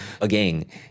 again